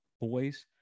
boys